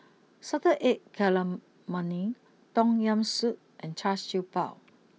Salted Egg Calamari Tom Yam Soup and Char Siew Bao